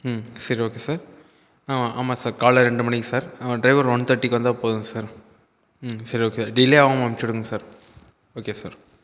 சரி okay sir ஆமாம் ஆமாம் சார் காலையில் ரெண்டு மணிக்கு சார் டிரைவர் ஒன் தேர்ட்டிக்கு வந்தால் போதும் சார் சரி ஓகே டிலே ஆகாம அனுப்பிச்சுவிடுங்க சார் ஓகே சார்